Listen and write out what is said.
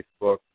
Facebook